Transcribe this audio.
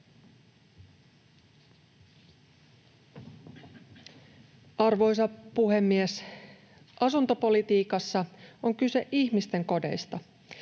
Arvoisa puhemies! Asuntopolitiikassa on kyse ihmisten kodeista.